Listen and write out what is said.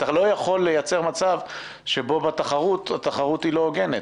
אתה לא יכול לייצר מצב שבו התחרות היא לא הוגנת.